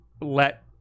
let